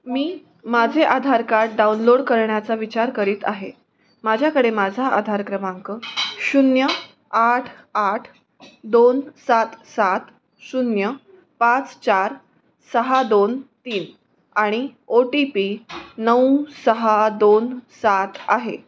मी माझे Aadhaar card download करण्याचा विचार करीत आहे माझ्याकडे माझा आधार क्रमांक शून्य आठ आठ दोन सात सात शून्य पाच चार सहा दोन तीन आणि ओ टी पी नऊ सहा दोन सात आहे